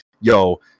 Yo